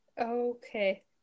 Okay